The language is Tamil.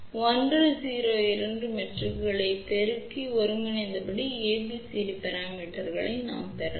1 0 2 மெட்ரிக்குகளை பெருக்கி ஒருங்கிணைந்த ஏபிசிடி அளவுருக்களைப் பெறுங்கள்